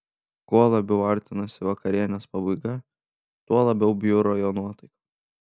kuo labiau artinosi vakarienės pabaiga tuo labiau bjuro jo nuotaika